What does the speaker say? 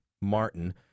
Martin